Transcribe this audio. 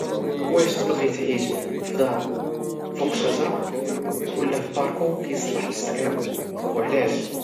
واش تبغي تعيش فدار فوق الشجرة ولى في بالكو كيصلاح للسكنة وعلاش؟